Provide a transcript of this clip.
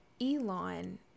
Elon